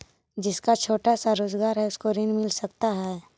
जिसका छोटा सा रोजगार है उसको ऋण मिल सकता है?